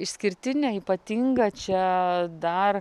išskirtinė ypatinga čia dar